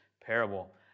parable